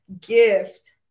gift